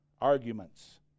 arguments